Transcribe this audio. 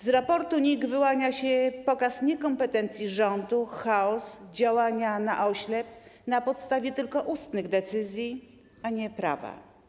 Z raportu NIK wyłania się pokaz niekompetencji rządu, chaos, działania na oślep, na podstawie tylko ustnych decyzji, a nie prawa.